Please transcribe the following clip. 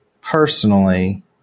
personally